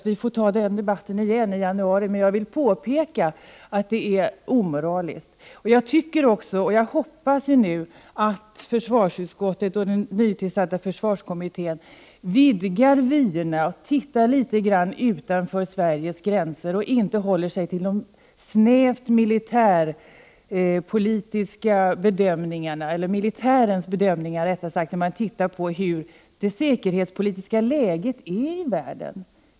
Vi får ta den debatten igen i januari, men jag vill påpeka att det är omoraliskt. Jag hoppas att försvarsutskottet och den nytillsatta försvarskommittén vidgar vyerna, tittar litet utanför Sveriges gränser och inte håller sig till de snävt militärpolitiska bedömningarna, eller rättare sagt militärens bedömningar, när man tittar på hur det säkerhetspolitiska läget är i världen.